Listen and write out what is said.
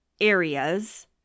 areas